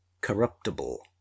corruptible